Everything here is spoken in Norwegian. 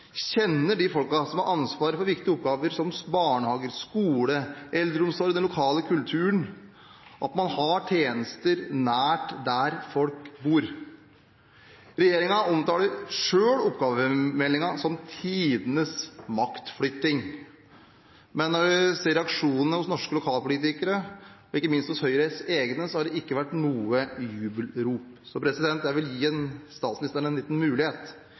kjenner dem som har ansvaret for viktige oppgaver som barnehage, skole, eldreomsorg, den lokale kulturen – at man har tjenester nær der folk bor. Regjeringen omtaler selv oppgavemeldingen som tidenes maktflytting. Men når man ser reaksjonene hos norske lokalpolitikere og ikke minst hos Høyres egne, har det ikke vært noe jubelrop. Så jeg vil gi statsministeren en liten mulighet: